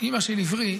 אימא של עברי,